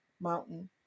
mountain